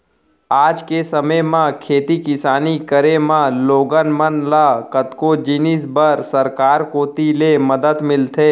आज के समे म खेती किसानी करे म लोगन मन ल कतको जिनिस बर सरकार कोती ले मदद मिलथे